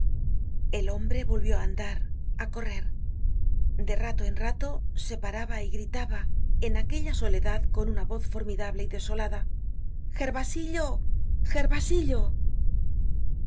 el hombre volvió á andar á correr de rato en rato se paraba y gritaba en aquella soledad con una voz formidable y desolada gervasillo gervasillo